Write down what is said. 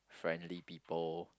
friendly people